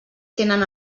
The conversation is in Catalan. tenen